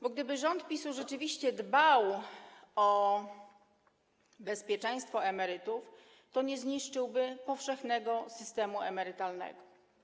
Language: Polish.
Bo gdyby rząd PiS-u rzeczywiście dbał o bezpieczeństwo emerytów, to nie zniszczyłby powszechnego systemu emerytalnego.